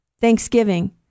thanksgiving